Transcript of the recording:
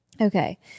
Okay